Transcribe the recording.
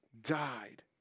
died